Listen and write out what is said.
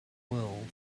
world